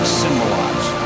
symbolize